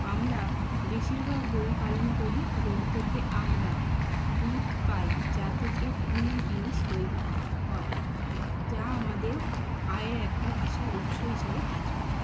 আমরা বেশিরভাগ গরু পালন করি গরু থেকে আমরা দুধ পাই যা থেকে বিভিন্ন জিনিস তৈরি হয় যা আমাদের আয়ের একটা বিশাল উৎস হিসাবে কাজ করে